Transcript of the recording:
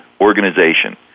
organization